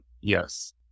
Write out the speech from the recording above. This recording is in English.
Yes